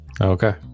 Okay